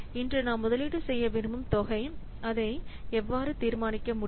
இன்று நாம் முதலீடு செய்ய விரும்பும் தொகை அதை எவ்வாறு தீர்மானிக்க முடியும்